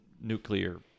nuclear